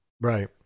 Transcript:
Right